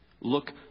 Look